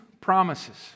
promises